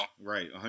Right